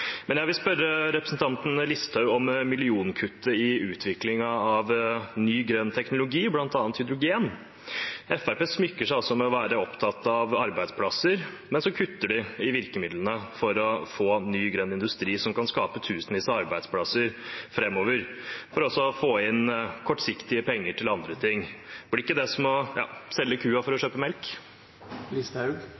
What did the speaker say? Men jeg vil spørre representanten Listhaug om millionkuttet i utviklingen av ny grønn teknologi, bl.a. hydrogen. Fremskrittspartiet smykker seg med å være opptatt av arbeidsplasser, men så kutter de i virkemidlene for å få ny grønn industri som kan skape tusenvis av arbeidsplasser framover, for å få inn kortsiktige penger til andre ting. Blir ikke det som å selge kua for å